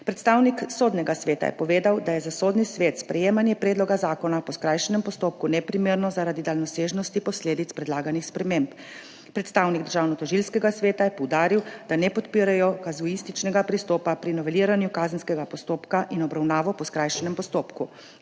Predstavnik Sodnega sveta je povedal, da je za Sodni svet sprejemanje predloga zakona po skrajšanem postopku neprimerno zaradi daljnosežnosti posledic predlaganih sprememb. Predstavnik Državnotožilskega sveta je poudaril, da ne podpirajo kazuističnega pristopa pri noveliranju kazenskega postopka in obravnave po skrajšanem postopku.